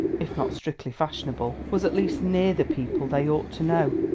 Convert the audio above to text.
if not strictly fashionable, was at least near the people they ought to know.